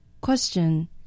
Question